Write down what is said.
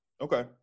okay